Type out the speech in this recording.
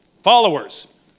followers